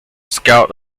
scout